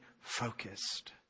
focused